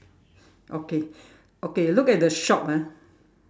okay okay look at the shop ah